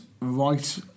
right